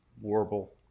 warble